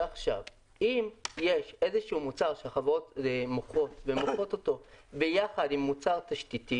אם יש איזשהו מוצר שהחברות מוכרות ביחד עם מוצר תשתית,